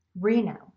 Reno